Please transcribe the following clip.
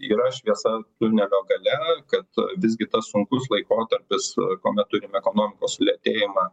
yra šviesa tunelio gale kad visgi tas sunkus laikotarpis kuomet turim ekonomikos sulėtėjimą